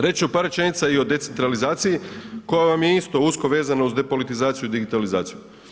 Reći ću par rečenica i o decentralizaciji koja vam je isto usko vezana uz depolitizaciju i digitalizaciju.